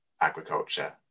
agriculture